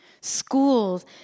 Schools